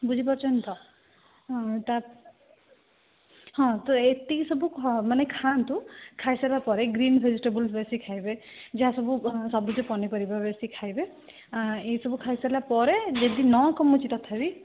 ବୁଝିପାରୁଛନ୍ତି ତ ହଁ ତ ଏତିକି ସବୁ ମାନେ ଖାଆନ୍ତୁ ଖାଇସାରିଲା ପରେ ଗ୍ରୀନ ଭେଜିଟେବୁଲ ବେଶି ଖାଇବେ ଯାହା ସବୁ ସବୁଜ ପନିପରିବା ବେଶି ଖାଇବେ ଏସବୁ ଖାଇସାରିଲା ପରେ ଯଦି ନ କମୁଛି ତଥାପି